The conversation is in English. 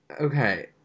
Okay